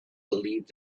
believed